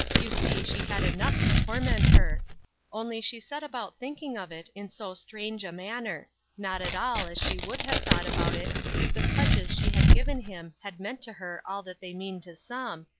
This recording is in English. you see she had enough to torment her only she set about thinking of it in so strange a manner not at all as she would have thought about it if the pledges she had given him had meant to her all that they mean to some,